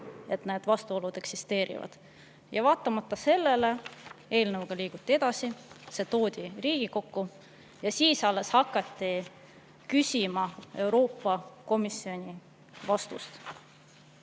et need vastuolud eksisteerivad, aga vaatamata sellele eelnõuga liiguti edasi, see toodi Riigikokku ja alles siis hakati küsima Euroopa Komisjoni